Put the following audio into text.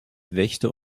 wächter